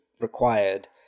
required